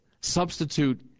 substitute